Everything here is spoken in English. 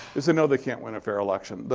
is they know they can't win a fair election.